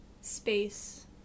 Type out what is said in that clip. space